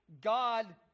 God